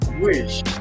wish